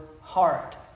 heart